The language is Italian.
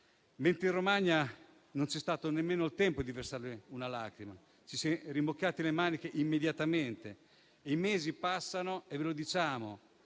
In Romagna non c'è stato nemmeno il tempo di versare una lacrima, ci si è rimboccati le maniche immediatamente. I mesi passano e la rabbia